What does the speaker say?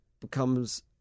becomes